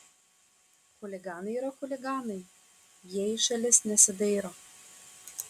chuliganai yra chuliganai jie į šalis nesidairo